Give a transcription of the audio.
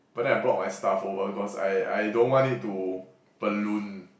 but then I brought my stuff over cause I I don't want it to balloon